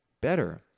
better